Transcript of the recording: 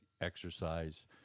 exercise